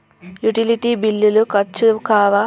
Utility బిల్లులు ఖర్చు కావా?